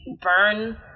burn